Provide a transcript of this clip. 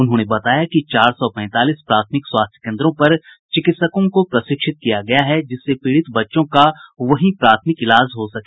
उन्होंने बताया कि चार सौ पैंतालीस प्राथमिक स्वास्थ्य केन्द्रों पर चिकित्सकों को प्रशिक्षित भी किया गया है जिससे पीड़ित बच्चों का वहीं प्राथमिक इलाज हो सके